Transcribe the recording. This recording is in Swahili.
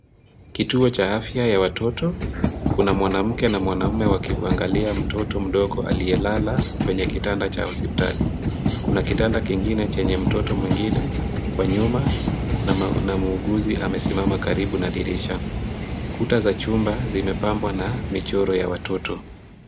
Kituo cha afya ya watoto, kuna mwanamke na mwanaume wakiangalia mtoto mdogo aliyelala kwenye kitanda cha hospitali. Kuna kitanda kingine chenye mtoto mwingine kwa nyuma na muuguzi amesimama karibu na dirisha. Kuta za chumba zimepambwa na michoro ya watoto.